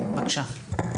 בבקשה.